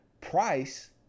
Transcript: price